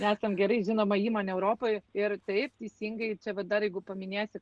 esam gerai žinoma įmonė europoj ir taip teisingai čia va dar jeigu paminėsi